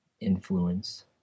influence